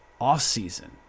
offseason